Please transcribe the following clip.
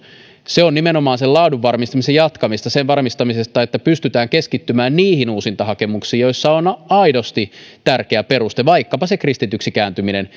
se on nimenomaan sen laadun varmistamisen jatkamista sen varmistamista että pystytään keskittymään niihin uusintahakemuksiin joissa on aidosti tärkeä peruste vaikkapa se kristityksi kääntyminen